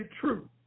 true